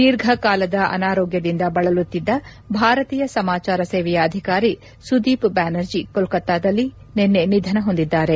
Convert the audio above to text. ದೀರ್ಘಕಾಲದ ಅನಾರೋಗ್ಲದಿಂದ ಬಳಲುತ್ತಿದ್ದ ಭಾರತೀಯ ಸಮಾಚಾರ ಸೇವೆಯ ಅಧಿಕಾರಿ ಸುದೀಪ್ ಬ್ಲಾನರ್ಜಿ ಕೊಲ್ಲತ್ತಾದಲ್ಲಿ ನಿನ್ನೆ ನಿಧನ ಹೊಂದಿದ್ದಾರೆ